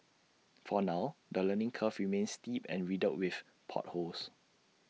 for now the learning curve remains steep and riddled with potholes